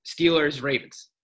Steelers-Ravens